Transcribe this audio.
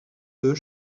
deux